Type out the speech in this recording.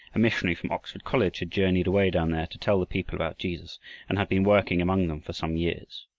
a missionary from oxford college had journeyed away down there to tell the people about jesus and had been working among them for some years.